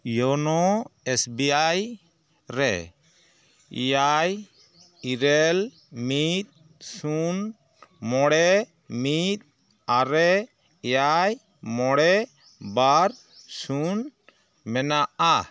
YONO S B I ᱨᱮ ᱮᱭᱟᱭ ᱤᱨᱟᱹᱞ ᱢᱤᱫ ᱥᱩᱱ ᱢᱚᱬᱮ ᱢᱤᱫ ᱟᱨᱮ ᱮᱭᱟᱭ ᱢᱚᱬᱮ ᱵᱟᱨ ᱥᱩᱱ ᱢᱮᱱᱟᱜᱼᱟ